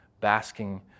basking